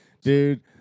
dude